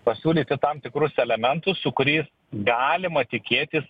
pasiūlyti tam tikrus elementus su kuriais galima tikėtis